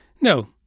no